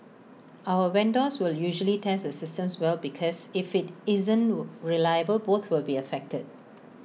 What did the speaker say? our vendors will usually tests systems well because if IT isn't will reliable both will be affected